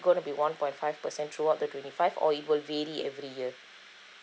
gonna be one point five percent throughout the twenty five or it will vary every year